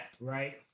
right